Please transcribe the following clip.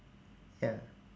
ya